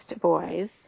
boys